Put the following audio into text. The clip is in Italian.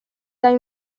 dai